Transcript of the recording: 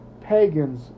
pagans